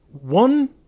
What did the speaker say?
One